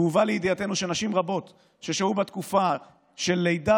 והובא לידיעתנו שנשים רבות ששהו בתקופה של לידה